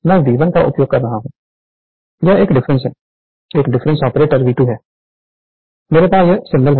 मैं V1 का उपयोग कर रहा हूं यह एक डिफरेंस है एक डिफरेंस ऑपरेटर V2 है मेरे पास यह सिंबल है